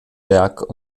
werk